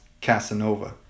Casanova